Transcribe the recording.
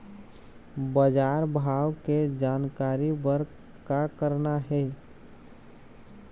बजार भाव के जानकारी बर का करना हे?